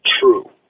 True